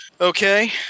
Okay